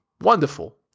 Wonderful